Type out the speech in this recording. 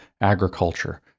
agriculture